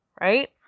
right